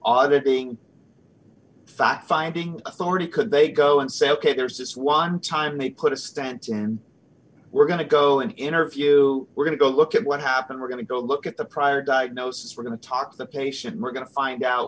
auditing fact finding authority could they go and say ok there's this one time they put a stent in we're going to go and interview we're going to go look at what happened we're going to go look at the prior diagnosis we're going to talk to the patient we're going to find out